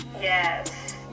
Yes